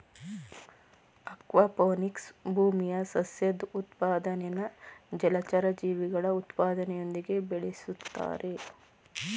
aquaponics ಭೂಮಿಯ ಸಸ್ಯದ್ ಉತ್ಪಾದನೆನಾ ಜಲಚರ ಜೀವಿಗಳ ಉತ್ಪಾದನೆಯೊಂದಿಗೆ ಬೆಳುಸ್ತಾರೆ